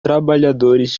trabalhadores